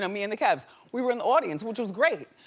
me and the kev's. we were in the audience which was great.